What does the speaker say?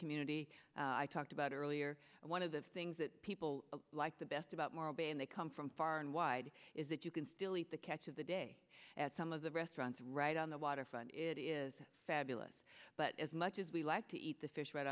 community i talked about earlier and one of the things that people like the best about moral being they come from far and wide is that you can still eat the catch of the day at some of the restaurants right on the waterfront it is fabulous but as much as we like to eat the fish right